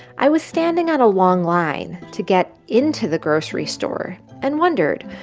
i was standing on a long line to get into the grocery store and wondered,